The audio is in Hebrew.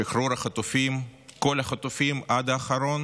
שחרור החטופים, כל החטופים עד האחרון,